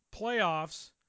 playoffs